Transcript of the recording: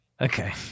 Okay